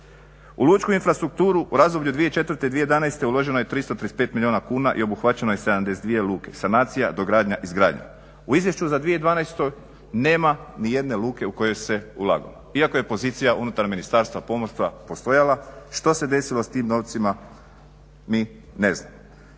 U lučku infrastrukturu u razdoblje 2004.-2011.uloženo je 335 milijuna kuna i obuhvaćeno je 72 luke. Sanacija, dogradnja, izgradnja. U izvješću za 2012.nema nijedne luke u koju se ulagalo iako je pozicija unutar Ministarstva pomorstva postojala što se desilo s tim novcima mi ne znamo.